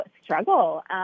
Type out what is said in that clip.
struggle